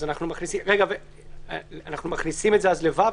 מכניסים את זה ל-(ו)?